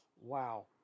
wow